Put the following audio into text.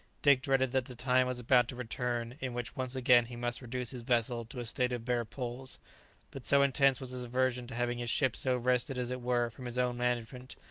dick dreaded that the time was about to return in which once again he must reduce his vessel to a state of bare poles but so intense was his aversion to having his ship so wrested as it were from his own management,